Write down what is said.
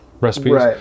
recipes